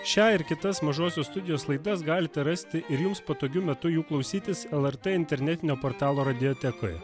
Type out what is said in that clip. šią ir kitas mažosios studijos laidas galite rasti ir jums patogiu metu jų klausytis lrt internetinio portalo radiotekoje